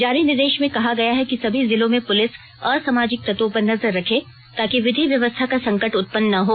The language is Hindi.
जारी निर्देश में कहा गया है कि सभी जिलों में पुलिस असामाजिक तत्वों पर नजर रखे ताकि विधि व्यवस्था का संकट उत्पन्न न हो